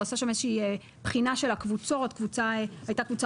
הוא עשה שם איזו שהיא בחינה של הקבוצות; הייתה קבוצה